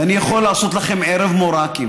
ואני יכול לעשות לכם ערב מור"קים